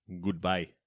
Goodbye